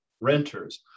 renters